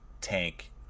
tank